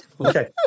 okay